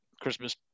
Christmas